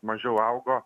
mažiau augo